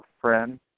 friend